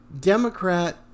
Democrat